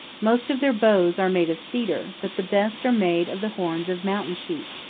most of their bows are made of cedar, but the best are made of the horns of mountain sheep.